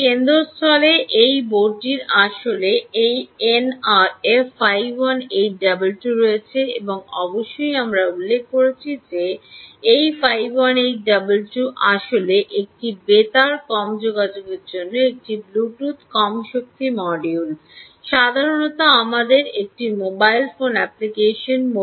এর কেন্দ্রস্থলে এই বোর্ডটির আসলে এই এনআরএফ 51822 রয়েছে এবং অবশ্যই আমরা উল্লেখ করেছি যে এই 51822 আসলেই একটি বেতার কম যোগাযোগের জন্য একটি ব্লুটুথ কম শক্তি মডিউল রয়েছে সাধারণত আমাদের একটি মোবাইল ফোন অ্যাপ্লিকেশন